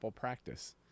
practice